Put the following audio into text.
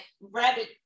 rabbit